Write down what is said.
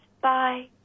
Bye